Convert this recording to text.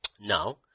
now